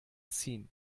ziehen